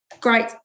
great